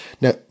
Now